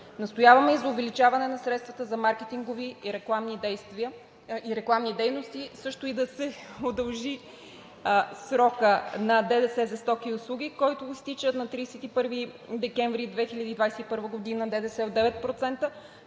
Настояваме и за увеличаване на средствата за маркетингови и рекламни дейности, също и да се удължи срокът на ДДС за стоки и услуги, който изтича на 31 декември 2021 г. – ДДС 9%,